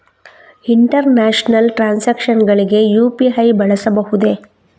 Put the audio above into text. International transactions ಗಳಿಗೆ UPI ಬಳಸಬಹುದೇ?